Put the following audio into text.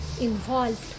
involved